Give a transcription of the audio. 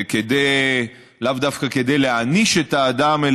לאו דווקא כדי להעניש את האדם,